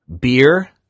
beer